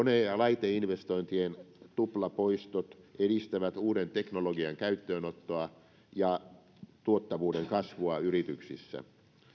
kone ja laiteinvestointien tuplapoistot edistävät uuden teknologian käyttöönottoa ja tuottavuuden kasvua yrityksissä